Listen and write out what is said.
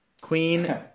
Queen